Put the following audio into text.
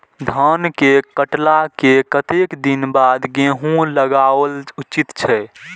धान के काटला के कतेक दिन बाद गैहूं लागाओल उचित छे?